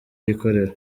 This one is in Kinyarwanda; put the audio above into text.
yikorera